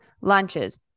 lunches